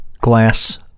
glass